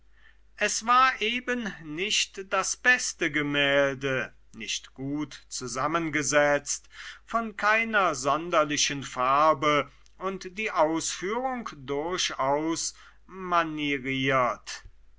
es war eben nicht das beste gemälde nicht gut zusammengesetzt von keiner sonderlichen farbe und die ausführung durchaus manieriert